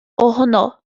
ohono